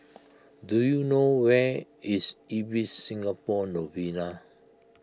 do you know where is Ibis Singapore Novena